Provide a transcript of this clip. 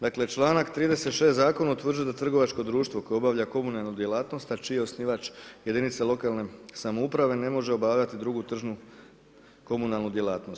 Dakle, čl. 36. zakona utvrđuje da trgovačko društvo koje obavlja komunalnu djelatnosti, a čiji je osnivač jedinica lokalne samouprave ne može obavljati drugu tržnu komunalnu djelatnost.